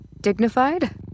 dignified